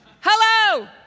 Hello